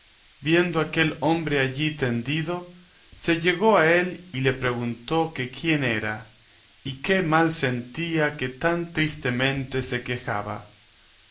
viendo aquel hombre allí tendido se llegó a él y le preguntó que quién era y qué mal sentía que tan tristemente se quejaba